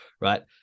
right